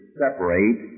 separate